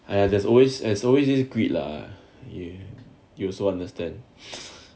!aiya! there's always as always this greed lah you you also understand